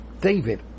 David